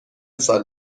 سال